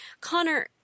Connor